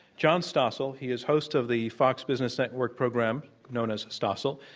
john stossel. he is host of the fox business network program, known as stossel.